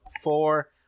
four